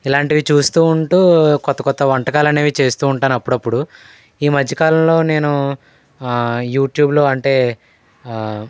ఇలాంటివి చూస్తూ ఉంటూ క్రొత్త క్రొత్త వంటకాలు అనేవి చేస్తూ ఉంటాను అప్పుడప్పుడు ఈ మధ్యకాలంలో నేను యూట్యూబ్లో అంటే